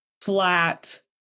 flat